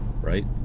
Right